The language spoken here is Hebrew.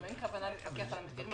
אין כוונה לפקח על המחירים